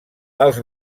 els